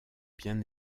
bien